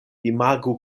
imagu